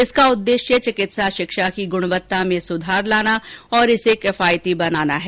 इसका उद्देश्य चिकित्सा शिक्षा की गुणवत्ता में सुधार लाना और इसे किफायती बनाना है